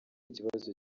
ikibazo